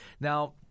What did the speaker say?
Now